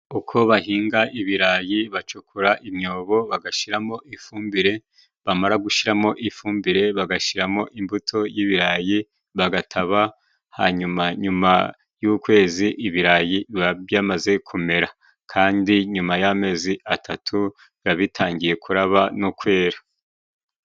Uko bahinga ibirayi. Bacukura imyobo, bagashiramo ifumbire, bamara gushiramo ifumbire, bagashiramo imbuto y'ibirayi, bagataba. Hanyuma nyuma y'ukwezi ibirayi biba byamaze kumera. Kandi nyuma y'amezi atatu biba bitangiye kuraba no kwera.